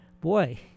boy